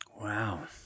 Wow